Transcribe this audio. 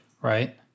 right